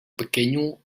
pequeño